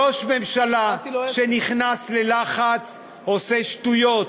ראש ממשלה שנכנס ללחץ עושה שטויות,